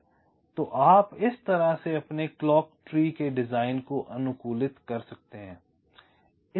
तो आप इस तरह से अपने क्लॉक ट्री के डिजाइन को अनुकूलित कर सकते हैं